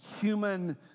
human